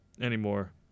anymore